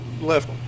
left